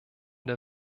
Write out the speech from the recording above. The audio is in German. der